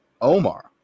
Omar